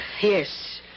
Yes